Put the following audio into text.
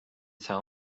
tell